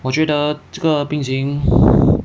我觉得这个病情